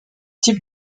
type